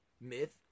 myth